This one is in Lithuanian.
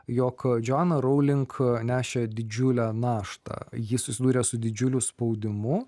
jog džoana rowling nešė didžiulę naštą ji susidūrė su didžiuliu spaudimu